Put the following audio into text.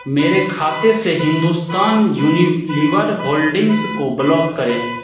मेरे खाते से हिंदुस्तान युनिलीवर होलडिन्ग्स को ब्लॉक करें